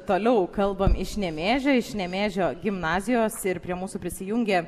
toliau kalbam iš nemėžio iš nemėžio gimnazijos ir prie mūsų prisijungė